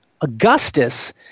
Augustus